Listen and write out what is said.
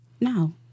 No